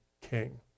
king